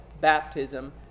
baptism